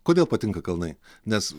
kodėl patinka kalnai nes